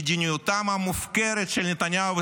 מדיניותם המופקרת של נתניהו וסמוטריץ'